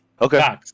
Okay